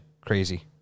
Crazy